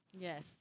Yes